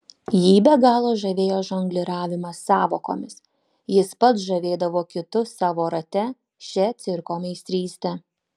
jį be galo žavėjo žongliravimas sąvokomis jis pats žavėdavo kitus savo rate šia cirko meistryste